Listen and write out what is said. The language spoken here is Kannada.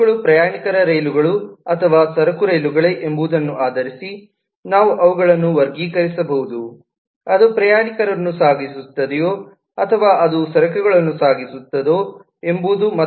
ರೈಲುಗಳು ಪ್ರಯಾಣಿಕರ ರೈಲುಗಳು ಅಥವಾ ಸರಕು ರೈಲುಗಳೇ ಎಂಬುದನ್ನು ಆಧರಿಸಿ ನಾವು ಅವುಗಳನ್ನು ವರ್ಗೀಕರಿಸಬಹುದು ಅದು ಪ್ರಯಾಣಿಕರನ್ನು ಸಾಗಿಸುತ್ತದೋ ಅಥವಾ ಅದು ಸರಕುಗಳನ್ನು ಸಾಗಿಸುತ್ತದೋ ಎಂಬುದು